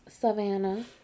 Savannah